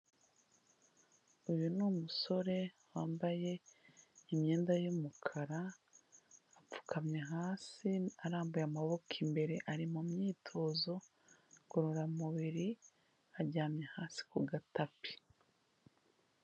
Uyu ni umusore wambaye imyenda y'umukara apfukamye hasi arambuye amaboko imbere, ari mu myitozo ngororamubiri aryamye hasi ku gatapi.